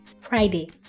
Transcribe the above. Friday